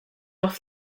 off